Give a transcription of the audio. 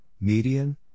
Median